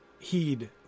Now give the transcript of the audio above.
heed